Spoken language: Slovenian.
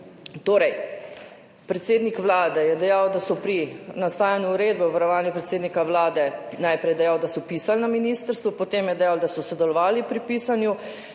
Torej, predsednik Vlade je najprej dejal, da so pri nastajanju Uredbe o varovanju predsednika Vlade, da so jo pisali na ministrstvu, potem je dejal, da so sodelovali pri pisanju.